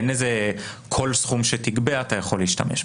אין איזה כל סכום שתגבה אתה יכול להשתמש בו.